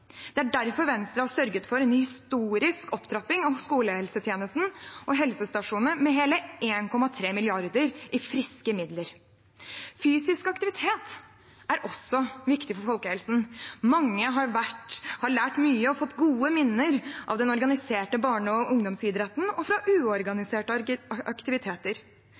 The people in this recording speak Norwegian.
Det er derfor Venstre har sørget for en historisk opptrapping av skolehelsetjenesten og helsestasjonene med hele 1,3 mrd. kr i friske midler. Fysisk aktivitet er også viktig for folkehelsen. Mange har lært mye og fått gode minner av den organiserte barne- og ungdomsidretten og fra uorganiserte aktiviteter.